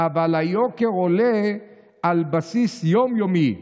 אבל היוקר עולה על בסיס יום-יומי.